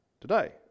today